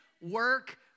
work